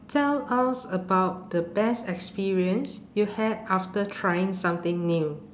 tell us about the best experience you had after trying something new